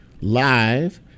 live